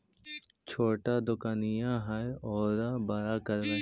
छोटा दोकनिया है ओरा बड़ा करवै?